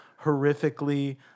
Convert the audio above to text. horrifically